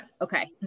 Okay